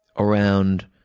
around